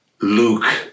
Luke